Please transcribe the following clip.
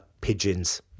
pigeons